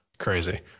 Crazy